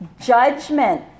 Judgment